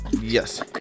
Yes